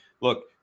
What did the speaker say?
Look